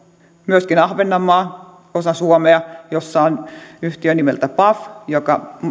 myöskin ahvenanmaa osa suomea jossa on yhtiö nimeltä paf joka